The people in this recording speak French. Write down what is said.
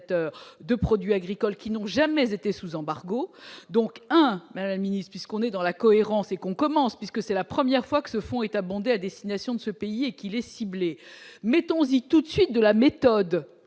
de produits agricoles qui n'ont jamais été sous embargo, donc un mini puisqu'on est dans la cohérence et qu'on commence, puisque c'est la première fois que ce fonds est abondé à destination de ce pays et qu'il est ciblé, mettant aussi tout de suite de la méthode